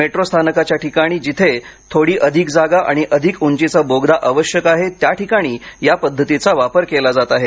metro स्थानकाच्या ठिकाणी जिथे थोड़ी अधिक जागा आणि अधिक ऊंचीचा बोगदा आवश्यक आहे त्या ठिकाणी या पद्धतीचा वापर केला जात आहे